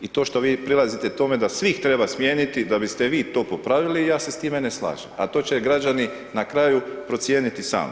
I to što vi prilazite tome da svih treba smijeniti da biste vi to popravili i ja se s time ne slažem, a to će građani na kraju procijeniti sami.